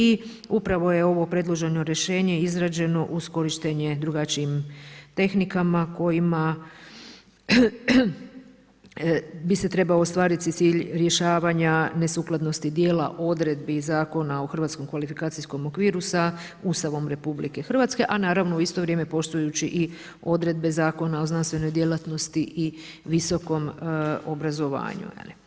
I upravo je ovo predloženo rješenje izrađeno uz korištenje drugačijim tehnikama kojima bi se trebao ostvariti cilj rješavanja nesukladnosti dijela odredbi Zakona o hrvatskom kvalifikacijskom okviru sa Ustavom Republike Hrvatske, a naravno u isto vrijeme poštujući i odredbe Zakona o znanstvenoj djelatnosti i visokom obrazovanju.